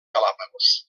galápagos